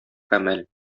гамәл